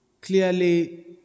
clearly